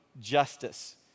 justice